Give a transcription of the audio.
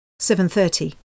7.30